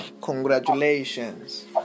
congratulations